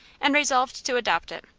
and resolved to adopt it.